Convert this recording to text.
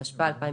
התשפ"א-2021.